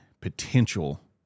potential